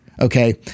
Okay